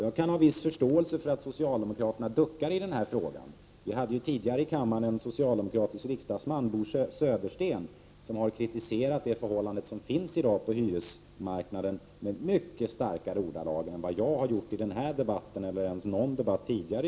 Jag kan ha viss förståelse för att socialdemokraterna duckar i den frågan. Vi hade tidigare i kammaren en socialdemokratisk riksdagsman, Bo Södersten, som har kritiserat de förhållanden som i dag råder på hyresmarknaden i mycket starkare ordalag än vad jag har gjort i den här debatten eller i någon debatt tidigare.